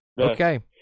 Okay